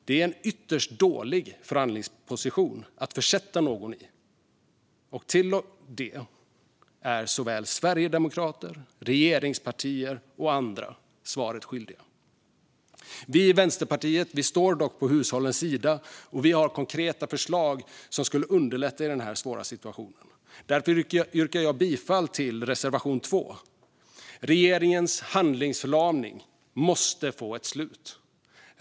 Det är en ytterst dålig förhandlingsposition att försätta någon i, och här är både sverigedemokrater, regeringspartier och andra svaret skyldiga. Vi i Vänsterpartiet står dock på hushållens sida och har konkreta förslag som skulle underlätta i den här svåra situationen. Därför yrkar jag bifall till reservation 2. Regeringens handlingsförlamning måste få ett slut.